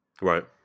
right